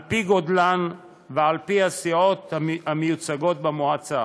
על-פי גודלן ועל-פי הסיעות המיוצגות במועצה.